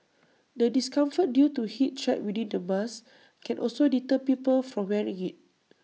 the discomfort due to heat trapped within the mask can also deter people from wearing IT